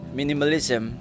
minimalism